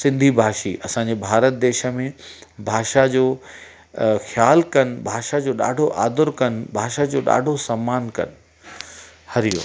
सिंधी भाषी असांजे भारत देश में भाषा जो अ ख्यालु कनि भाषा जो ॾाढो आदरु कनि भाषा जो ॾाढो सम्मान कनि हरिओम